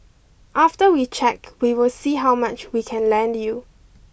after we check we will see how much we can lend you